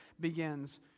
begins